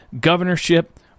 governorship